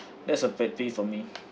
that's a pet peeve for me